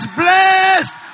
blessed